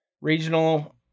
regional